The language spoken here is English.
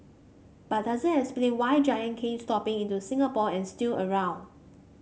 but doesn't explain why Giant came stomping into Singapore and is still around